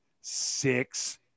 six